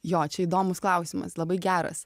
jo čia įdomus klausimas labai geras